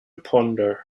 ponder